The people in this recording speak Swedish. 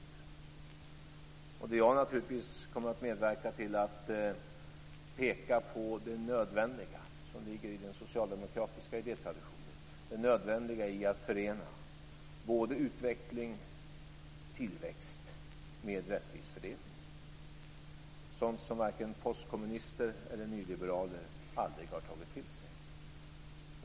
Jag kommer naturligtvis att medverka till att peka på det nödvändiga i, som ligger i den socialdemokratiska idétraditionen, att förena både utveckling och tillväxt med rättvis fördelning. Det är sådant som postkommunister eller nyliberaler aldrig har tagit till sig.